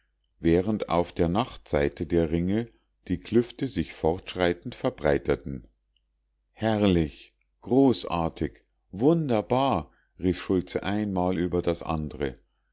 während auf der nachtseite der ringe die klüfte sich fortschreitend verbreiterten herrlich großartig wunderbar rief schultze einmal über das andre